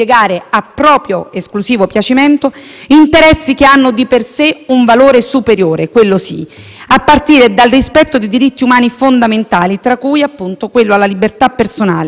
a partire dal rispetto dei diritti umani fondamentali, tra cui appunto quello alla libertà personale, che non possono mai - dico, mai - essere nella libera e assoluta disponibilità del potere politico.